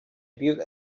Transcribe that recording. built